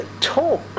talk